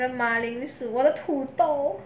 我的马铃薯我的土豆